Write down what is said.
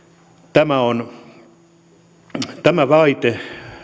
tämä väite